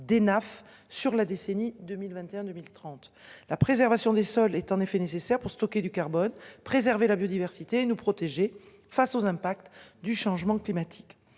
d'Hénaff sur la décennie 2021 2030, la préservation des sols est en effet nécessaire pour stocker du carbone et préserver la biodiversité nous protéger face aux impacts du changement climatique.